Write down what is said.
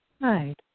Right